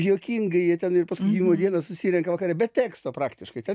juokingai jie ten ir paskui gimimo dieną susirenka vakare be teksto praktiškai ten